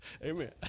amen